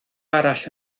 arall